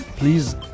Please